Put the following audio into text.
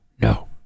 No